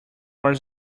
was